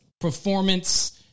performance